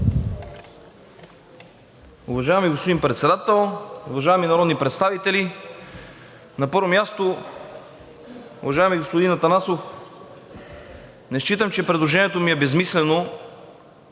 Уважаеми господин Председател, уважаеми народни представители! На първо място, уважаеми господин Атанасов, не считам, че предложението ми е безсмислено,